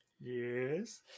yes